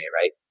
right